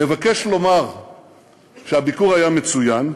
מבקש לומר שהביקור היה מצוין,